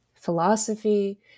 philosophy